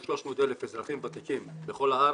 עם 300,000 אזרחים ותיקים בכל הארץ.